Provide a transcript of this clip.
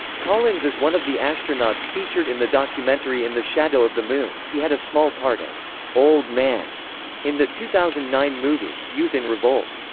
collins is one of the astronauts featured in the documentary in the shadow of the moon. he had a small part as old man in the two thousand and nine movie, youth in revolt.